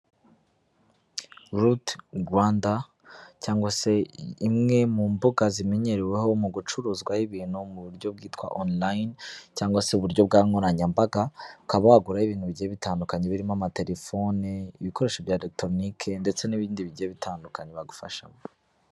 Ruti Rwanda cyangwa se imwe mu mbuga zimenyereweho mu gucuruzwaho ibintu mu buryo bwitwa onulayini cyangwa se uburyo bwa nkoranyambaga, ukaba waguraho ibintu bigiye bitandukanye birimo amatelefone, ibikoresho bya elekitoronike ndetse n'ibindi bigiye bitandukanye bagufashamo.